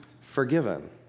forgiven